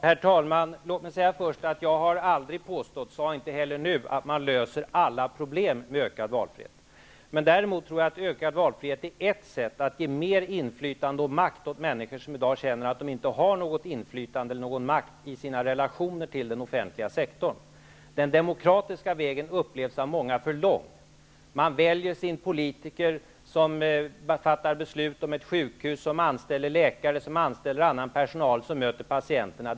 Herr talman! Låt mig först säga att jag aldrig har påstått och inte heller nu sade att man löser alla problem med ökad valfrihet. Däremot tror jag att ökad valfrihet är ett sätt att ge mer inflytande och makt åt människor som i dag känner att de inte har något inflytande eller någon makt i sina relationer till den offentliga sektorn. Den demokratiska vägen upplevs av många som för lång. Man väljer sin politiker, som fattar beslut om ett sjukhus, som anställer läkare, som anställer annan personal, som möter patienterna.